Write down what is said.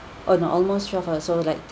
oh no almost twelve hours so like